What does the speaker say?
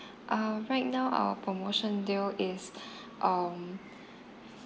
uh right now our promotion deal is um